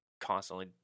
constantly